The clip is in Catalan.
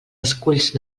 esculls